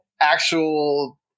actual